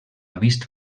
vist